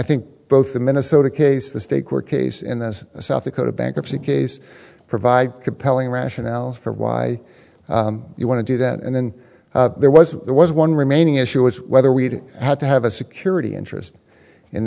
think both the minnesota case the state court case in the south dakota bankruptcy case provide compelling rationales for why you want to do that and then there was there was one remaining issue was whether we'd have to have a security interest in